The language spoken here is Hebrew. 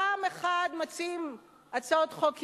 פעם אחת מציעים הצעות חוק ימניות,